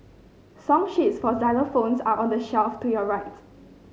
song sheets for xylophones are on the shelf to your right